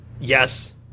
Yes